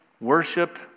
Worship